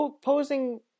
posing